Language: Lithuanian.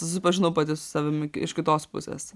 susipažinau pati su savimi iš kitos pusės